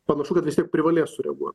panašu kad vis tiek privalės sureaguoti